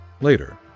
later